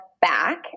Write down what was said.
back